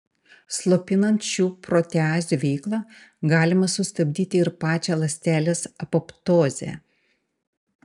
slopinant šių proteazių veiklą galima sustabdyti ir pačią ląstelės apoptozę